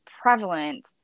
prevalent